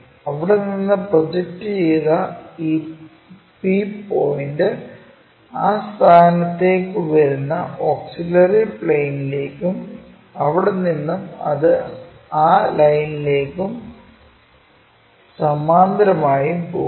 അവിടെ നിന്ന് പ്രൊജക്റ്റുചെയ്ത ഈ P പോയിന്റ് ആ സ്ഥാനത്തേക്ക് വരുന്ന ഓക്സിലറി പ്ലെയിനിലേക്കും അവിടെ നിന്നും അത് ആ ലൈനിന് സമാന്തരമായും പോകുന്നു